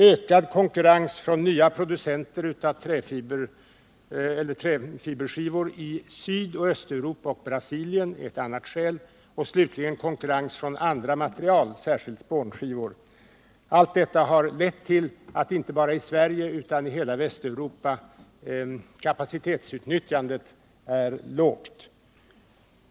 Ökad konkurrens från nya producenter av träfiberskivor i Sydoch Östeuropa och Brasilien är ytterligare en orsak, och slutligen kan nämnas konkurrensen från andra material, särskilt spånskivor. Allt detta har lett till att inte bara i Sverige utan i hela Västeuropa kapacitetsutnyttjandet är lågt.